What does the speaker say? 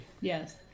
Yes